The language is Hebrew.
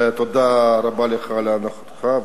ותודה רבה לך על נוכחותך,